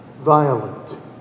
violent